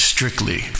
Strictly